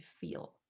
feel